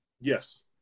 Yes